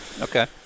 Okay